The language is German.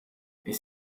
ich